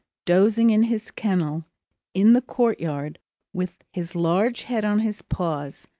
dozing in his kennel in the court-yard with his large head on his paws,